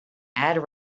add